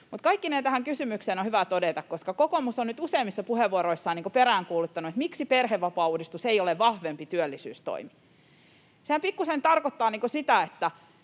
Mutta kaikkineen tähän kysymykseen on hyvä todeta, koska kokoomus on nyt useammissa puheenvuoroissa peräänkuuluttanut, miksi perhevapaauudistus ei ole vahvempi työllisyystoimi, että sehän pikkusen tarkoittaa niin